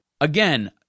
Again